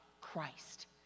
Christ